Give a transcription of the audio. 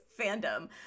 fandom